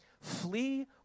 flee